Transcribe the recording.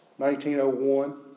1901